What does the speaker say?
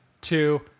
two